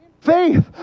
Faith